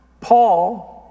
Paul